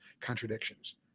contradictions